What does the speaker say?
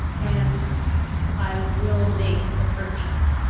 and i will make the purchase.